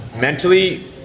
mentally